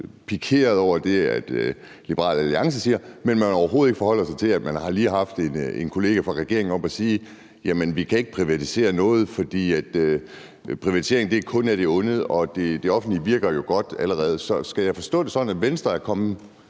pikeret over det, Liberal Alliance siger, mens man overhovedet ikke forholder sig til, at der lige har været en kollega fra regeringen, der var oppe at sige, at vi ikke kan privatisere noget, fordi en privatisering kun er af det onde og det offentlige jo allerede virker godt. Så skal jeg forstå det sådan, at Venstre nu er kommet